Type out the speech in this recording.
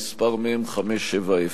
מ/570.